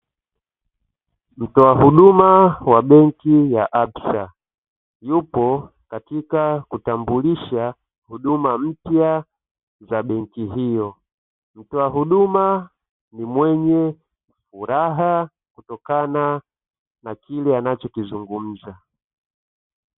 Mtoa huduma wa benki ya "ABSA", yupo kutambulisha huduma mpya za benki hiyo, mtoa huduma ni mwenye furaha kutokana na kile anachokizungumza.